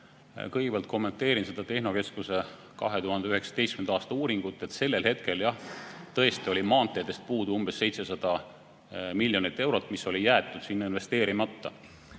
Kõigepealt kommenteerin seda tehnokeskuse 2019. aasta uuringut. Sellel hetkel, jah, tõesti oli maanteede puhul puudu 700 miljonit eurot, mis oli jäetud sinna investeerimata.